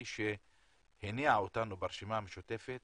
הם שהניעו אותנו ברשימה המשותפת